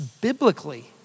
biblically